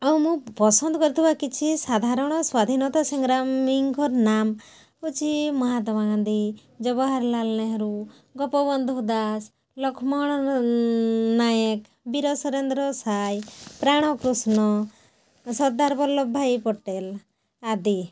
ଆଉ ମୁଁ ପସନ୍ଦ କରୁଥିବା କିଛି ସାଧାରଣ ସ୍ୱାଧୀନତା ସଂଗ୍ରାମୀଙ୍କ ନାମ ହେଉଛି ମହାତ୍ମା ଗାନ୍ଧୀ ଜବାହରଲାଲ ନେହୁରୁ ଗୋପବନ୍ଧୁ ଦାସ ଲକ୍ଷ୍ମଣ ନାୟକ ବୀର ସୁରେନ୍ଦ୍ର ସାଏ ପ୍ରାଣକୃଷ୍ଣ ସଦାର ବଲ୍ଲଭ ଭାଇ ପଟେଲ ଆଦି